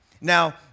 Now